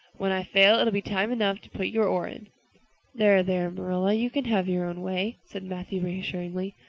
when i fail it'll be time enough to put your oar in. there, there, marilla, you can have your own way, said matthew reassuringly.